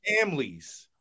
families